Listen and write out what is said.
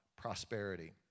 prosperity